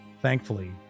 thankfully